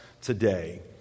today